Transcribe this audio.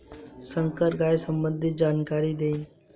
संकर गाय संबंधी जानकारी दी?